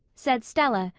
said stella,